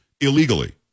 illegally